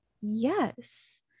Yes